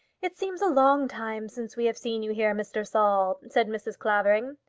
it seems a long time since we have seen you here, mr. saul, said mrs. clavering.